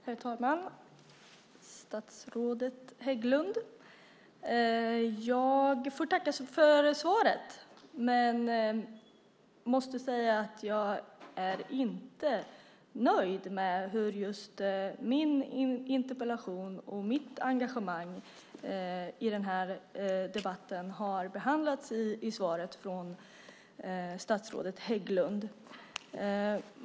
Herr talman! Statsrådet Hägglund! Jag får tacka för svaret men måste samtidigt säga att jag inte är nöjd med hur min interpellation och mitt engagemang i debatten behandlats i svaret från statsrådet Hägglund.